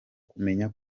kumenya